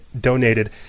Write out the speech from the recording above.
donated